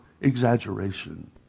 exaggeration